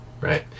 Right